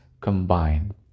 combined